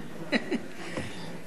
גברתי היושבת-ראש, רבותי חברי הכנסת,